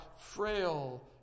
frail